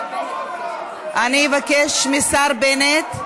אני אבקש מהשר בנט,